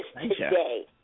today